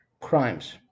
crimes